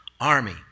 army